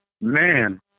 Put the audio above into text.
Man